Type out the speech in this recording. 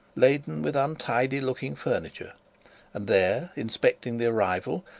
laden with untidy-looking furniture and there, inspecting the arrival,